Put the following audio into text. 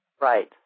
Right